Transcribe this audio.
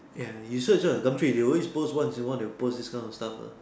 ya you search ah Gumtree they always post once in a while they will post this kind of stuff lah